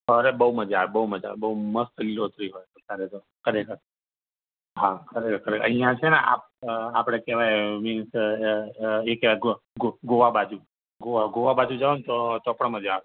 અરે બહુ મજા આવે બહુ મજા આવે બહુ મસ્ત લીલોતરી હોય અત્યારે તો ખરેખર હા ખરે ખરે અહીંયા છે ને આ આપણે કહેવાય મીન્સ એ કહેવાય ગો ગો ગોવા બાજુ ગોવા ગોવા બાજુ જાવ તો તો પણ મજા આવે